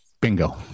Bingo